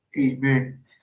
amen